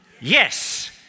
Yes